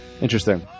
Interesting